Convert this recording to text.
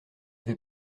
vais